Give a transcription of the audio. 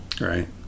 right